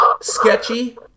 sketchy